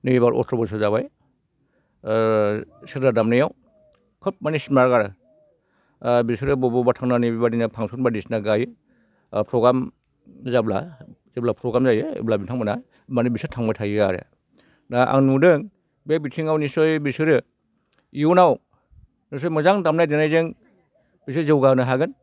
नै एबार अट्र बोसोर जाबाय सेरजा दामनायाव खोब माने स्मार्ट आरो बिसोरो बबावबा बबावबा थांनानै बेबायदिनो फांसन बायदिसिना गायो प्रग्राम जाब्ला जेब्ला प्रग्राम जायो होनब्ला बिथांमोनहा मानि बिसोर थांबाय थायो आरो दा आं नुदों बे बिथिङाव निस्सय बिसोरो इयुनाव बिसोर मोजां दामनाय देनायजों एसे जौगाहोनो हागोन